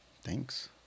Thanks